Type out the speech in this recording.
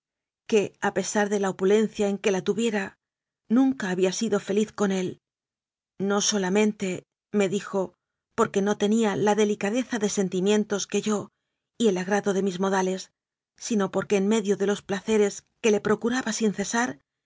que a pesar de la opulencia en que la tuviera nunca ha bía sidp feliz con él no solamenteme dijopor que no tenía la delicadeza de sentimientos que yo y el agrado de mis modales sino porque en medio de los placeres que le procuraba sin cesar